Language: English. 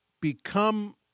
become